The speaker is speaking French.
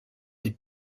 des